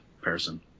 person